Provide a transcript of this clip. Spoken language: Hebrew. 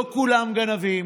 לא כולם גנבים,